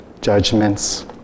judgments